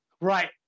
right